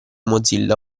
mozilla